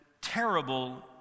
terrible